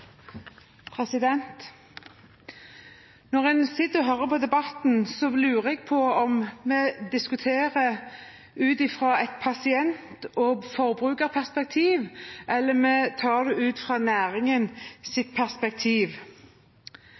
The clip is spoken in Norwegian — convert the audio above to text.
minutter. Når jeg sitter og hører på debatten, lurer jeg på om vi diskuterer ut fra et pasient- og forbrukerperspektiv, eller om vi gjør det ut fra næringens perspektiv.